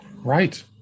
Right